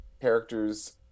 characters